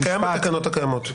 זה קיים בתקנות הקיימות.